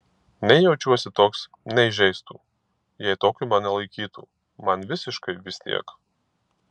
nei jaučiuosi toks nei žeistų jei tokiu mane laikytų man visiškai vis tiek